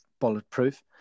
bulletproof